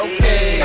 Okay